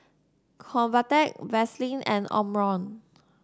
Convatec Vaselin and Omron